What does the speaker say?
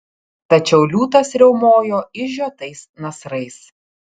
tačiau liūtas riaumojo išžiotais nasrais